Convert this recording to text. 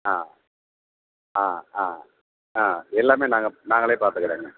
ஆ ஆ ஆ ஆ எல்லாமே நாங்கள் நாங்களே பார்த்துக்குறோங்க